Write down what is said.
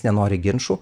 nenori ginčų